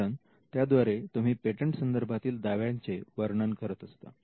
कारण त्याद्वारे तुम्ही पेटंट संदर्भातील दाव्याचे वर्णन करत असतात